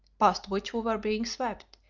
past which we were being swept,